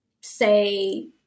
say